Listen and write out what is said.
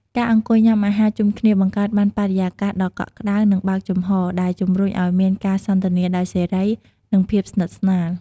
ការអង្គុយញ៉ាំអាហារជុំគ្នា បង្កើតបានបរិយាកាសដ៏កក់ក្ដៅ និងបើកចំហរ ដែលជំរុញឲ្យមានការសន្ទនាដោយសេរី និងភាពស្និទ្ធស្នាល។